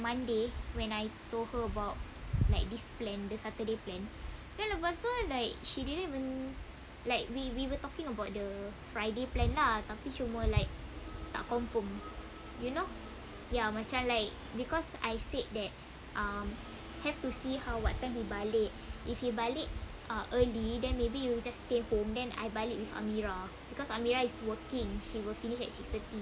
when I told her about like this plan the saturday plan then lepas tu like she didn't even like we we were talking about the friday plan lah tapi cuma tak confirm you know ya macam like because I said that um have to see how what time he balik if he balik uh early then maybe you just stay home then I balik with amirah because amirah is working she will finish at six thirty